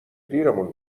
دیرمون